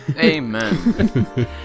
Amen